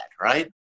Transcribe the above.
right